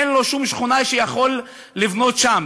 אין לו שום שכונה שהוא יכול לבנות בה,